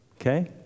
Okay